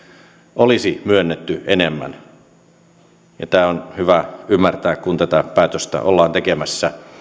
olisi myönnetty enemmän tämä on hyvä ymmärtää kun tätä päätöstä ollaan tekemässä